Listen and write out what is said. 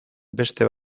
beste